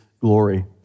glory